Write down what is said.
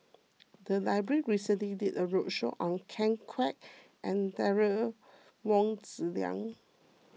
the library recently did a roadshow on Ken Kwek and Derek Wong Zi Liang